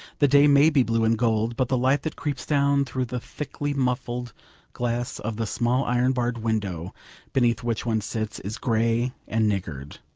the day may be blue and gold, but the light that creeps down through the thickly-muffled glass of the small iron-barred window beneath which one sits is grey and niggard.